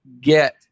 get